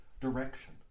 direction